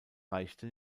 reichte